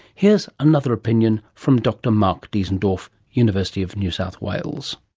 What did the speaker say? here's another opinion from dr mark diesendorf, university of new south wales.